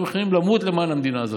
היו מוכנים למות למען המדינה הזאת.